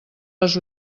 les